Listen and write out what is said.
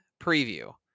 preview